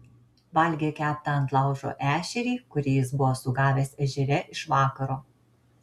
valgė keptą ant laužo ešerį kurį jis buvo sugavęs ežere iš vakaro